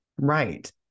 right